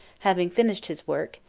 having finished his work,